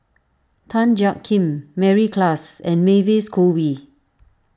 Tan Jiak Kim Mary Klass and Mavis Khoo Oei